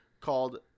called